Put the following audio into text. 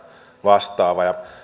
vastaava ja